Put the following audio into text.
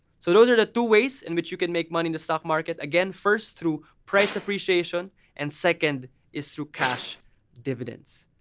so those are the two ways in which you can make money in the stock market. again, first through price appreciation and second is through cash dividends.